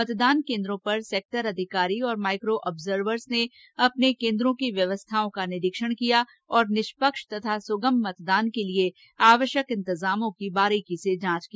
मतदान केन्द्रों पर सेक्टर अधिकारी और माइको आब्जर्वर्स ने अपने केन्द्रों की व्यवस्थाओं का निरीक्षण किया और निष्पक्ष तथा सुगम मतदान के लिए आवश्यक इंतजामों की बारीकी से जांच की